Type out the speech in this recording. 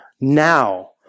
now